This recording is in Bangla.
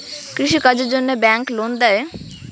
কৃষি কাজের জন্যে ব্যাংক লোন দেয়?